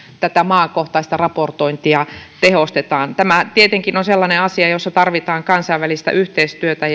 tätä maakohtaista raportointia tehostetaan tämä tietenkin on sellainen asia jossa tarvitaan kansainvälistä yhteistyötä